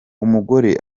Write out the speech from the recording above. umugore